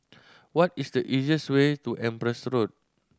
what is the easiest way to Empress Road